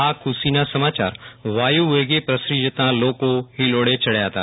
આ ખુશીના સમાચાર વાયુવેગે પ્રસરી જતા લોકો હિલોડે ચડ્યા હતા